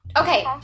Okay